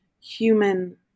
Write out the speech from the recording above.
human